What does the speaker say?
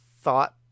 thought